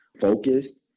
focused